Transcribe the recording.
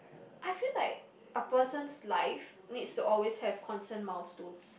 I feel like a person's life needs to always have constant milestones